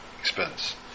expense